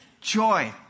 Joy